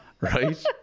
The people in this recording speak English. right